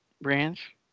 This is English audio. branch